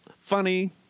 Funny